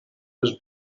was